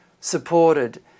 supported